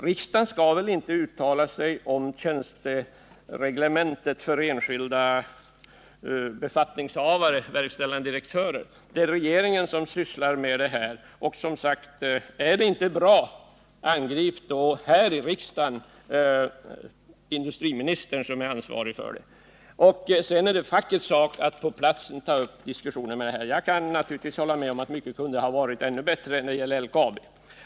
Riksdagen skall väl inte uttala sig om tjänstereglementet för enskilda befattningshavare, t.ex. verkställande direktörer, utan det är regeringens sak att syssla med detta. Är det inte bra, angrip då här i riksdagen industriministern, som är ansvarig. Sedan är det fackets sak att på platsen ta upp diskussioner. Jag kan naturligtvis hålla med om att mycket kunde ha varit bättre när det gäller LKAB.